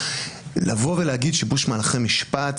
לבוא ולהגיד "שיבוש מהלכי משפט",